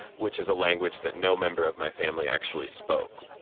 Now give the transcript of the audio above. which is a language that no member of my family actually spoke.